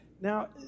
Now